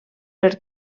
per